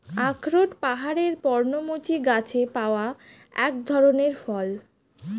আখরোট পাহাড়ের পর্ণমোচী গাছে পাওয়া এক ধরনের ফল